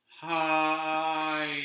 Hi